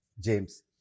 James